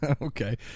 Okay